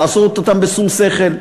לעשות אותן בשום שכל,